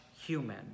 human